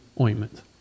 ointment